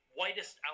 whitest